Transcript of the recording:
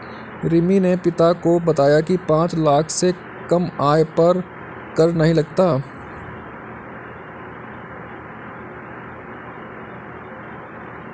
रिमी ने पिता को बताया की पांच लाख से कम आय पर कर नहीं लगता